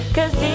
Cause